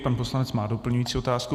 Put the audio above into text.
Pan poslanec má doplňující otázku.